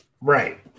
Right